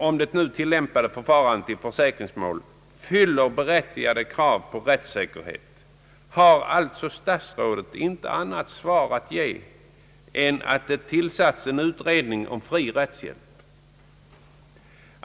att det nu tillämpade förfarandet i försäkringsmål fyller berättigade krav på rättssäkerhet?» — har alltså statsrådet intet annat svar att ge än att det tillsatts en utredning om fri rättshjälp.